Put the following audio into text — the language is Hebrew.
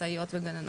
סייעות וגננות.